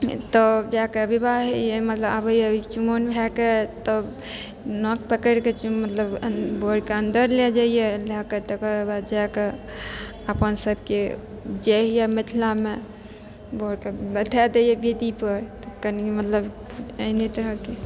तब जाकऽ विवाह हय यऽ मतलब आबै यऽ चुमाउन भएके तब नाक पकड़िके मतलब बरके अन्दर लए जाइ यऽ तकर बाद जाकऽ अपन सबके जे हय यऽ मिथिलामे बरके बैठाए दै यऽ बेदीपर तऽ कनी मतलब एहने तरहके